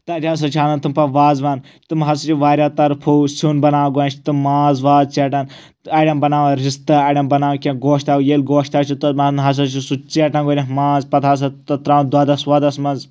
تَتہِ ہسا چھِ اَنان تِم پَتہٕ وازوان تِم ہسا چھِ واریاہ طرفو سِیُن بَناو گۄڈٕ چھِ تِم ماز واز ژیٚٹان اَڑؠن بَناون رِستہٕ اَڑؠن بَناو کینٛہہ گوشتاب ییٚلہِ گوشتاب چھِ تَتھ منٛز ہسا چھُ سُہ ژیٹان گۄڈنؠتھ ماز پَتہٕ ہسا تراوان دۄدَس وۄدَس منٛز